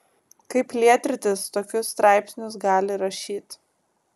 kaip lietrytis tokius straipsnius gali rašyt